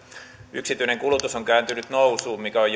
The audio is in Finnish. yksityinen kulutus on kääntynyt nousuun mikä on